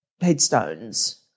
headstones